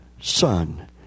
son